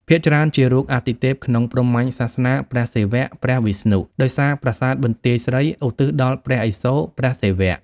ភាគច្រើនជារូប អាទិទេពក្នុងព្រហ្មញ្ញសាសនា (ព្រះសិវៈ ព្រះវិស្ណុ) ដោយសារប្រាសាទបន្ទាយស្រីឧទ្ទិសដល់ព្រះឥសូរ (ព្រះសិវៈ)។